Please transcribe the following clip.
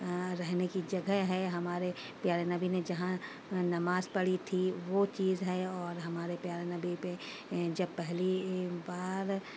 رہنے کی جگہ ہے ہمارے پیارے نبی نے جہاں نماز پڑھی تھی وہ چیز ہے اور ہمارے پیارے نبی پہ جب پہلی بار